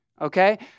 okay